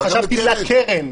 אבל לקרן?